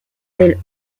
del